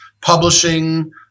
publishing